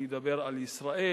ואני מדבר על ישראל,